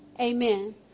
Amen